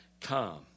come